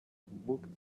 booked